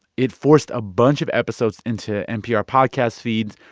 it forced a bunch of episodes into npr podcast feeds,